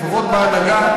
לפחות בהנהגה,